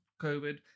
COVID